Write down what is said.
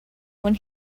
when